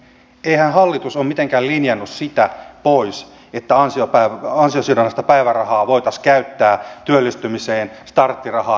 eihän hallitus ole mitenkään linjannut pois sitä että ansiosidonnaista päivärahaa voitaisiin käyttää työllistymiseen starttirahaan